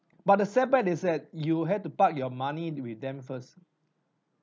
but the setback they said you have to park your money with them first